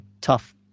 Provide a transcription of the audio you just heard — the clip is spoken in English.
tough